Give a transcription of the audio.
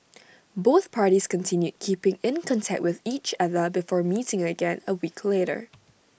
both parties continued keeping in contact with each other before meeting again A week later